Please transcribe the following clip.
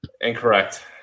Incorrect